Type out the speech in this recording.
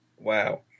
Wow